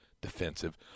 defensive